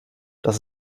das